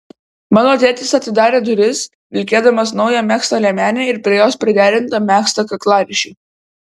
mano tėtis atidarė duris vilkėdamas naują megztą liemenę ir prie jos priderintą megztą kaklaryšį